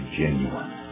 genuine